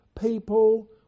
people